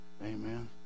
Amen